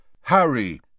Harry